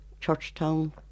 Churchtown